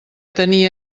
tenir